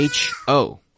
HO